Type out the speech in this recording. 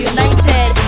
United